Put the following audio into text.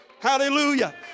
Hallelujah